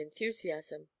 enthusiasm